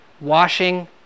washing